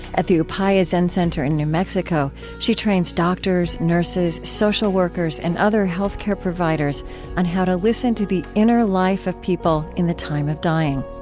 at the upaya zen center in new mexico, she trains doctors, nurses, social workers and other healthcare providers on how to listen to the inner life of people in the time of dying.